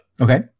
okay